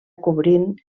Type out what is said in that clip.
cobrint